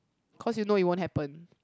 cause you know it won't happen